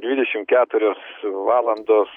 dvidešim keturios valandos